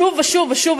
שוב ושוב ושוב,